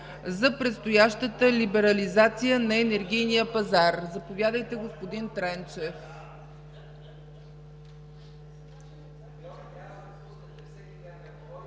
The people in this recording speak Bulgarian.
за предстоящата либерализация на енергийния пазар. Заповядайте, господин Тренчев.